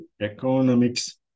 economics